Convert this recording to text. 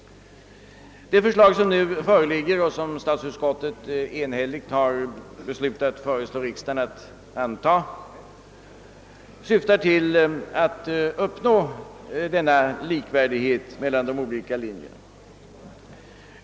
Det förslag som nu föreligger, och som statsutskottet enhälligt har beslutat föreslå riksdagen att anta, syftar till att uppnå den na likvärdighet mellan de olika linjerna.